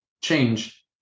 change